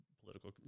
political